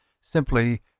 Simply